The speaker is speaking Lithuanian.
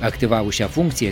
aktyvavus šią funkciją